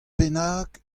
bennak